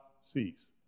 cease